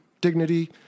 dignity